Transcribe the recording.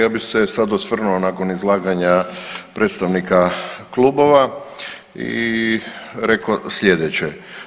Ja bih se sada osvrnuo nakon izlaganja predstavnika klubova i rekao sljedeće.